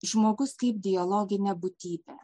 žmogus kaip dialoginė būtybė